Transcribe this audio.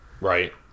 right